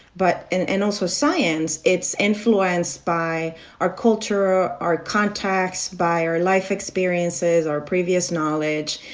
but and also science, it's influenced by our culture, our contacts, by our life experiences, our previous knowledge.